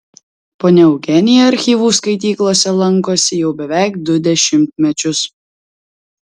ponia eugenija archyvų skaityklose lankosi jau beveik du dešimtmečius